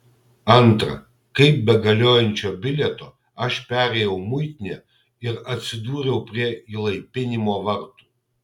antra kaip be galiojančio bilieto aš perėjau muitinę ir atsidūriau prie įlaipinimo vartų